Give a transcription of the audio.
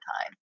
time